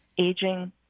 Aging